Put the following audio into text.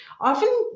often